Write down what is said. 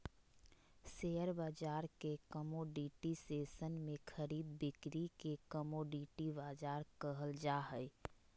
share बाजार के commodity section में खरीद बिक्री के कमोडिटी बाजार कहल जा हइ